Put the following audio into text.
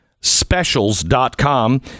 specials.com